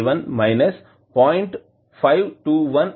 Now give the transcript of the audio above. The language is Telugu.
978 A 1 0